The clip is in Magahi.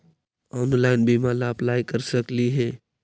ऑनलाइन बीमा ला अप्लाई कर सकली हे?